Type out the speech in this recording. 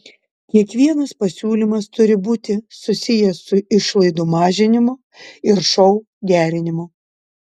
kiekvienas pasiūlymas turi būti susijęs su išlaidų mažinimu ir šou gerinimu